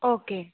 okay